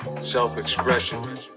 self-expression